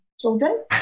children